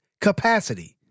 Capacity